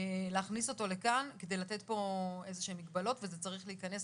להכניס אותו לכאן כדי לתת פה איזה שהן מגבלות וזה צריך להיכנס,